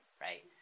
right